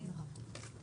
למרב,